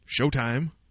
Showtime